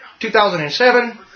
2007